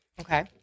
Okay